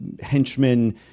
henchmen